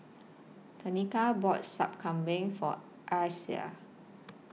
Tenika bought Sup Kambing For Asa